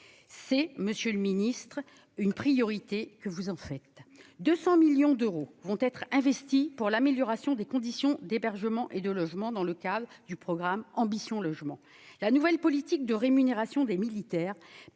faites, monsieur le ministre, une priorité : 200 millions d'euros seront investis pour l'amélioration des conditions d'hébergement et de logement dans le cadre du programme Ambition Logement. La nouvelle politique de rémunération des militaires